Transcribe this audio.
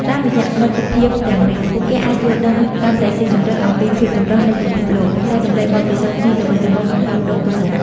តាមរយៈមិត្តភាពទាំងនេះ ពួកគេអាចយល់ដឹងកាន់តែស៊ីជម្រៅអំពីភាពចម្រុះនៃពិភពលោក ចែករំលែកបទពិសោធន៍គ្នាទៅវិញទៅមក និងផ្លាស់ប្ដូរទស្សនៈ។